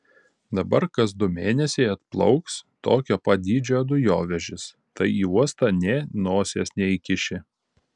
dabar kas du mėnesiai atplauks tokio pat dydžio dujovežis tai į uostą nė nosies neįkiši